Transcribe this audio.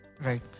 Right